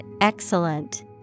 excellent